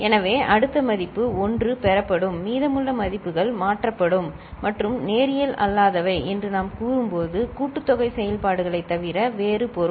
எனவே அடுத்த மதிப்பு 1 பெறப்படும் மீதமுள்ள மதிப்புகள் மாற்றப்படும் மற்றும் நேரியல் அல்லாதவை என்று நாம் கூறும்போது கூட்டுத்தொகை செயல்பாடுகளைத் தவிர வேறு பொருள்